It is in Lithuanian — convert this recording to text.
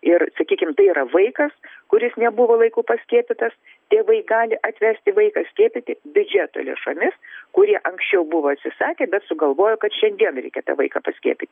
ir sakykim tai yra vaikas kuris nebuvo laiku paskiepytas tėvai gali atvesti vaiką skiepyti biudžeto lėšomis kurie anksčiau buvo atsisakę bet sugalvojo kad šiandien reikia tą vaiką paskiepyti